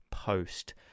Post